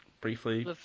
Briefly